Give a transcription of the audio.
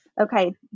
okay